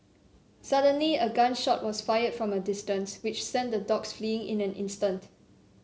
suddenly a gun shot was fired from a distance which sent the dogs fleeing in an instant